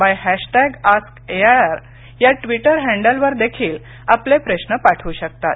bye hashtag ask air या Twitter handle वर देखील आपले प्रश्न पाठवू शकतात